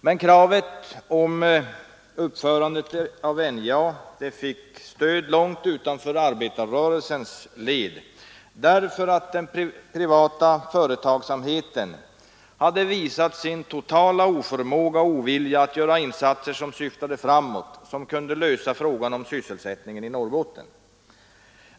Men kravet om uppförandet av NJA fick stöd långt utanför arbetarrörelsens led, därför att den privata företagsamheten hade visat sin totala oförmåga och ovilja att göra insatser som syftade framåt, insatser som kunde lösa frågan om sysselsättningen i Norrbotten.